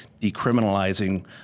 decriminalizing